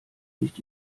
nicht